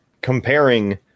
comparing